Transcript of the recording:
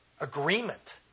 agreement